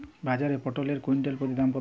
বাজারে পটল এর কুইন্টাল প্রতি দাম কত?